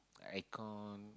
air con